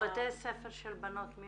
-- מי מנהל בתי ספר של בנות?